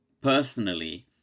personally